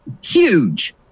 huge